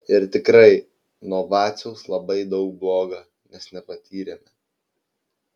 ir tikrai nuo vaciaus labai daug bloga mes nepatyrėme